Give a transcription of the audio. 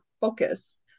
focus